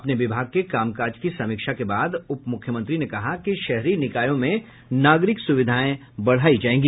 अपने विभाग के कामकाज की समीक्षा के बाद उप मुख्यमंत्री ने कहा कि शहरी निकायों में नागरिक सुविधाएं बढायी जायेंगी